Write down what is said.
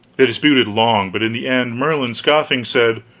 they disputed long, but in the end, merlin, scoffing, said,